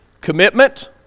Commitment